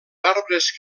arbres